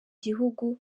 gihugu